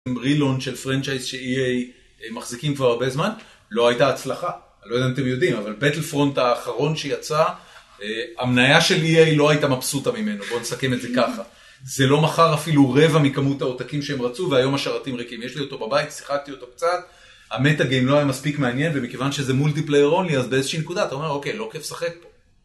רילון של פרנצ'ייז שEA מחזיקים כבר הרבה זמן, לא הייתה הצלחה, אני לא יודע אם אתם יודעים, אבל בטל פרונט האחרון שיצא, המנהיה של EA לא הייתה מבסוטה ממנו, בוא נסכם את זה ככה זה לא מחר אפילו רבע מכמות העותקים שהם רצו והיום השרתים ריקים, יש לי אותו בבית, שיחקתי אותו קצת, המטאגים לא היה מספיק מעניין ומכיוון שזה מולטיפלייר אולי אז באיזושהי נקודה אתה אומר אוקיי, לא כיף שחק פה